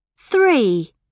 three